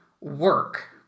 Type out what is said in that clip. work